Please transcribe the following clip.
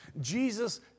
Jesus